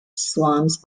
swamps